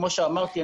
כמו שאמרתי,